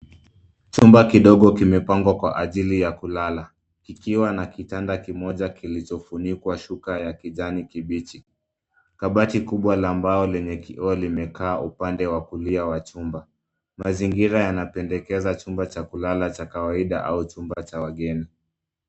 Chumba kidogo kimepangwa kwa ajili ya kulala, kikiwa na kitanda kimoja kilichofunikwa shuka ya kijani kibichi. Kabati kubwa la mbao lenye kioo limekaa upande wa kulia wa chumba. Mazingira yanapendekeza chumba cha kulala cha kawaida au chumba cha wageni.